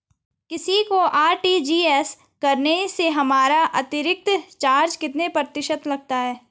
किसी को आर.टी.जी.एस करने से हमारा अतिरिक्त चार्ज कितने प्रतिशत लगता है?